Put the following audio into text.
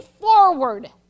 forward